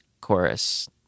chorus